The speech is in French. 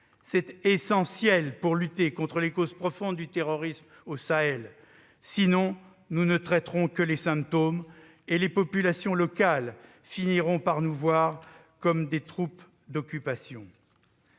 C'est essentiel pour lutter contre les causes profondes du terrorisme au Sahel. Sans cela, nous ne traiterons que les symptômes, et les populations locales finiront par nous voir comme des troupes d'occupation.